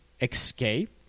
escape